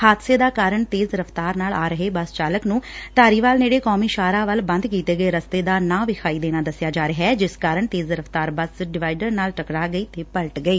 ਹਾਦਸੇ ਦਾ ਕਾਰਨ ਤੇਜ ਰਫ਼ਤਾਰ ਨਾਲ ਆ ਰਹੇ ਬੱਸ ਚਾਲਕ ਨੂੰ ਧਾਰੀਵਾਲ ਨੇੜੇ ਕੌਮੀ ਸ਼ਾਹਰਾਹ ਵੱਲੋਂ ਬੰਦ ਕੀਤੇ ਗਏ ਰਸਤੇ ਦਾ ਨਾ ਵਿਖਾਈ ਦੇਣਾ ਦਸਿਆ ਜਾ ਰਿਹੈ ਜਿਸ ਕਾਰਨ ਤੇਜ਼ ਰਫ਼ਤਾਰ ਬੱਸ ਡਿਵਾਈਡਰ ਨਾਲ ਟਕੱਰਾ ਕੇ ਪਲਟ ਗਈ